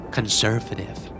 Conservative